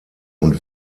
und